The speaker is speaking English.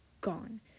gone